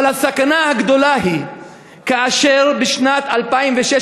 אבל הסכנה הגדולה היא כאשר בשנת 2016